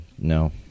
No